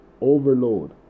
Overload